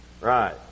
Right